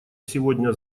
сегодня